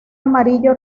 amarillo